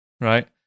right